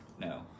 No